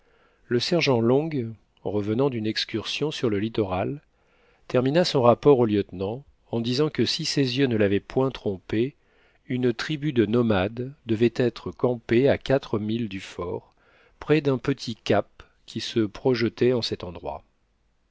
le sergent long revenant d'une excursion sur le littoral termina son rapport au lieutenant en disant que si ses yeux ne l'avaient point trompé une tribu de nomades devait être campée à quatre milles du fort près d'un petit cap qui se projetait en cet endroit